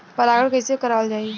परागण कइसे करावल जाई?